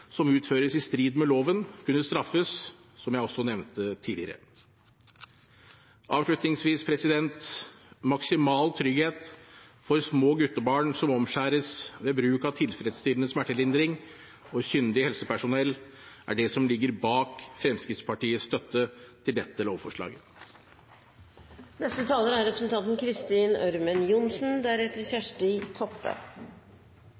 som utføres i strid med loven, kunne straffes, som jeg også nevnte tidligere. Avslutningsvis: Maksimal trygghet ved bruk av tilfredsstillende smertelindring og kyndig helsepersonell for små guttebarn som omskjæres, er det som ligger bak Fremskrittspartiets støtte til dette